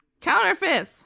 Counterfeit